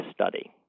study